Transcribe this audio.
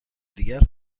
دیگر